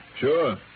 Sure